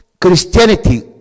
Christianity